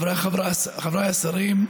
חבריי השרים,